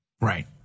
Right